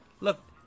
Look